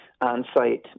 on-site